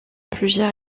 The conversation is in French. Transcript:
plusieurs